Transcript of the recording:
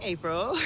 April